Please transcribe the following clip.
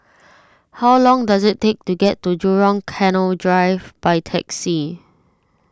how long does it take to get to Jurong Canal Drive by taxi